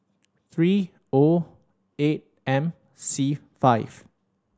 three O eight M C five